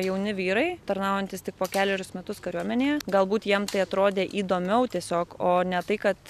jauni vyrai tarnaujantys tik po kelerius metus kariuomenėje galbūt jiem tai atrodė įdomiau tiesiog o ne tai kad